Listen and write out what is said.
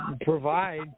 provide